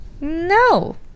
No